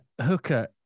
Hooker